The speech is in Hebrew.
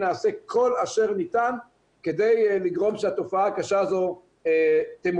נעשה כל אשר ניתן כדי לגרום שהתופעה הקשה הזו תמוגר,